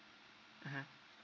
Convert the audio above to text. mmhmm